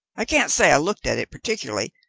i can't say i looked at it particularly,